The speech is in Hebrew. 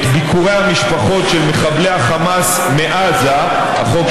ביקורי המשפחות של מחבלי החמאס מעזה הכלואים בישראל,